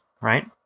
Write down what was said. right